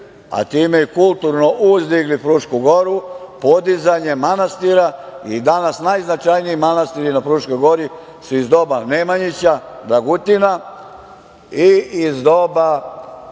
a time i kulturno uzdigli Frušku goru, podizanjem manastira i danas najznačajniji manastiri na Fruškoj gori su iz doba Nemanjića, Dragutina, i iz doba